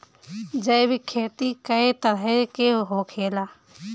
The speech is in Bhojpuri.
जैविक खेती कए तरह के होखेला?